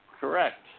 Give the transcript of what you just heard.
Correct